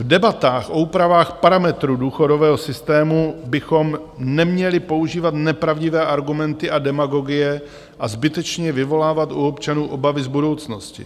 V debatách o úpravách parametrů důchodového systému bychom neměli používat nepravdivé argumenty a demagogie a zbytečně vyvolávat u občanů obavy z budoucnosti.